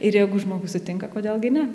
ir jeigu žmogus sutinka kodėl gi ne